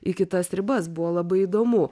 į kitas ribas buvo labai įdomu